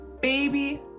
baby